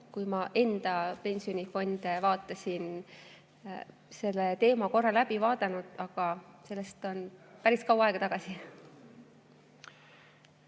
kui ma enda pensionifonde vaatasin, selle teema korra läbi vaadanud, aga sellest on päris kaua aega.